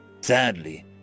Sadly